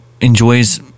enjoys